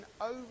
over